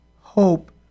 hope